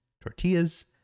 tortillas